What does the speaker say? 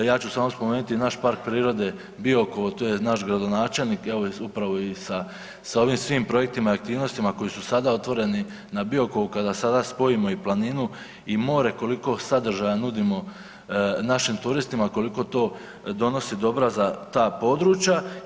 Ja ću samo spomenuti naš Park prirode Biokovo tu je naš gradonačelnik koji upravo sa svim ovim projektima i aktivnostima koji su sada otvoreni na Biokovu, kada sada spojimo i planinu i more koliko sadržaja nudimo našim turistima, koliko to donosi dobra za ta područja.